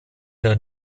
der